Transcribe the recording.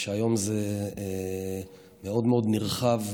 שהיום זה מאוד מאוד נרחב.